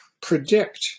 predict